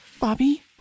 Bobby